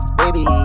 baby